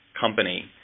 company